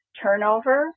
turnover